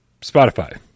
Spotify